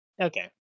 okay